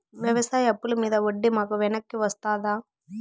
వ్యవసాయ అప్పుల మీద వడ్డీ మాకు వెనక్కి వస్తదా?